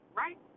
right